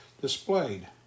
displayed